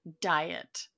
diet